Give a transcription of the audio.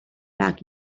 back